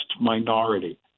minority